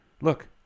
Look